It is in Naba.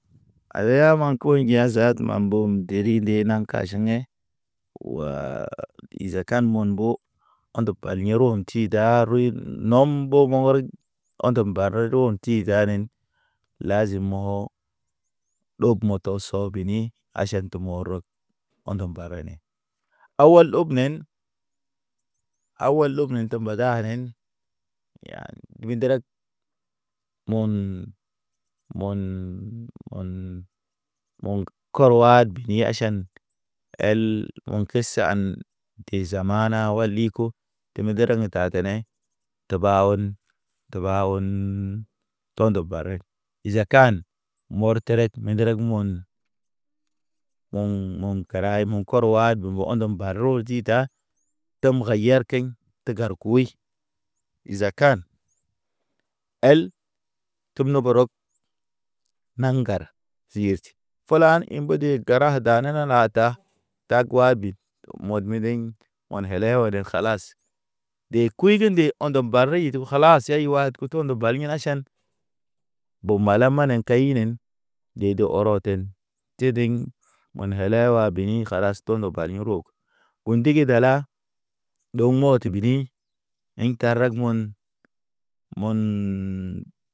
A yo ya maŋ ko ziaduma mbom deriŋ de naŋ kaʃigɲe. Waa iza kan mon mbo, ondə paliɲo̰n ti roɲi nɔm bo ŋgɔŋgɔ rɔy. Onde mbarə ron ti danen lazim mɔ ɗob mɔtɔ sɔ bini. Aʃan tə mɔ rɔ gɔg, ondɔm bara ne. Awal dog nen. Awal dog ne te mba garen moɲ ker wabi ni aʃan el mo kesi an exama wal liko teme gereŋ ta tene tə ɓa on, tə ɓa oon. To̰ nde bare iza kan, mɔrterek medereg mɔn mɔŋ-mɔŋ təray mo̰ kɔr wadum, dubu ondum ba rozi da. Təm gar yarkeɲ te gar koy, iza kan el tumno borok. Naŋgar yir pulan in mbəde gar garaŋ da ne na nata. Ta gwadig mud miniŋ, ɔn hele o ɗe kalas. De kuyi ge nde o̰ nde bari yi du kalas yay tə wayd kuto nde baly aʃan. Bo mala ma ne kaynen, dede ɔrɔten dediŋ. Man hɛlɛ wa beni kalas tondo bani ro, gundig dala ɗɔŋ mɔ tə gini in tarag mɔn, mɔɔn.